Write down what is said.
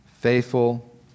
faithful